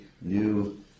new